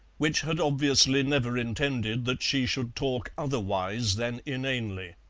which had obviously never intended that she should talk otherwise than inanely.